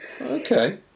okay